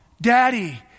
Daddy